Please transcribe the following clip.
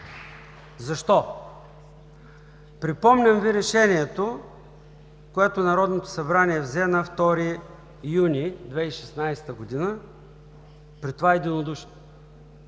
Защо? Припомням Ви решението, което народното събрание взе на 2 юни 2016 г., при това единодушно